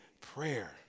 prayer